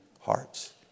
hearts